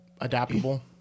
adaptable